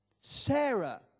Sarah